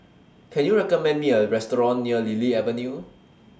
Can YOU recommend Me A Restaurant near Lily Avenue